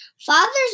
Fathers